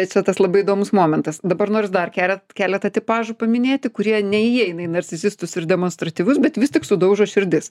tai čia tas labai įdomus momentas dabar noris dar kele keletą tipažų paminėti kurie neįeina į narcisistus ir demonstratyvus bet vis tik sudaužo širdis